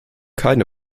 keine